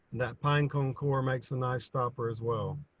that pine cone core makes a nice stopper as well.